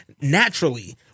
naturally